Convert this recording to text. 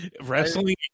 Wrestling